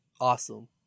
awesome